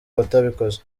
batabikoze